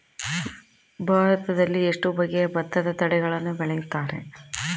ಭಾರತದಲ್ಲಿ ಎಷ್ಟು ಬಗೆಯ ಭತ್ತದ ತಳಿಗಳನ್ನು ಬೆಳೆಯುತ್ತಾರೆ?